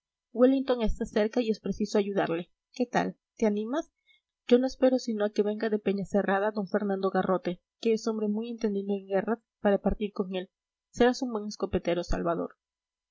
wellington está cerca y es preciso ayudarle qué tal te animas yo no espero sino a que venga de peñacerrada d fernando garrote que es hombre muy entendido en guerras para partir con él serás un buen escopetero salvador